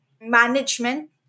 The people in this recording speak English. management